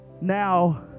now